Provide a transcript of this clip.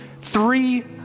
three